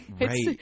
Right